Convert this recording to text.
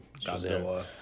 Godzilla